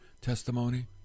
testimony